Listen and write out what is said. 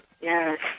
Yes